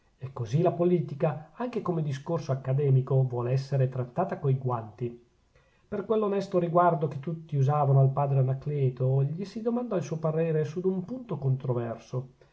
e così la politica anche come discorso accademico vuol essere trattata coi guanti per quell'onesto riguardo che tutti usavano al padre anacleto gli si domandò il suo parere su d'un punto controverso